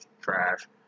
trash